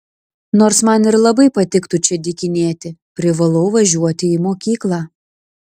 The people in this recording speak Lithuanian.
nors man ir labai patiktų čia dykinėti privalau važiuoti į mokyklą